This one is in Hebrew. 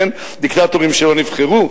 דיקטטורים שלא נבחרו.